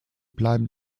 bleiben